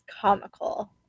comical